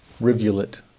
rivulet